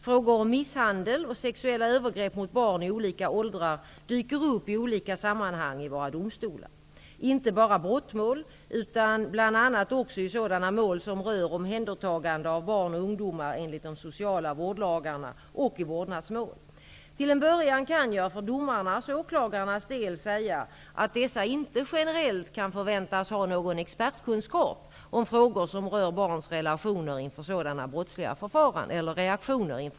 Frågor om misshandel och sexuella övergrepp mot barn i olika åldrar dyker upp i olika sammanhang i våra domstolar. Inte bara i brottmål utan bl.a. också i sådana mål som rör omhändertagande av barn och ungdomar enligt de sociala vårdlagarna och i vårdnadsmål. Till en början kan jag för domarnas och åklagarnas del säga att dessa inte generellt kan förväntas ha någon expertkunskap om frågor som rör barns reaktioner inför sådana brottsliga förfaranden.